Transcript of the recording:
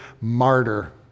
martyr